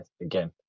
again